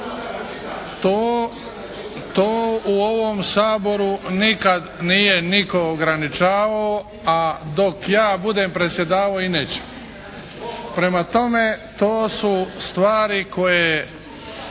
To u ovom Saboru nikad nije nitko ograničavao, a dok ja budem predsjedavao i neće. Prema tome, to su stvari koje